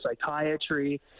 psychiatry